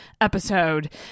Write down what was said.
episode